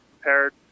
prepared